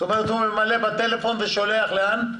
הוא ממלא בטלפון, ושולח לאן?